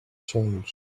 change